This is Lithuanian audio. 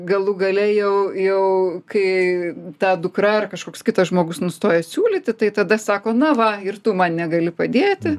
galų gale jau jau kai ta dukra ar kažkoks kitas žmogus nustoja siūlyti tai tada sako na va ir tu man negali padėti